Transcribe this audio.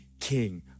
King